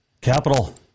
Capital